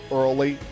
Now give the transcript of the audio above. early